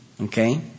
Okay